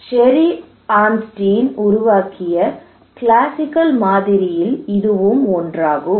sherry Arnstein உருவாக்கிய classical மாதிரியில் இதுவும் ஒன்றாகும்